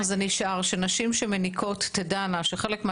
אם התמרוק מכיל שמן צינטרונלה - לא נדרש לציין את זה באירופה.